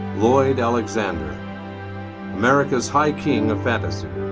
lloyd alexander america's high king of fantasy.